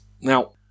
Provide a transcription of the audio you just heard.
Now